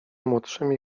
młodszymi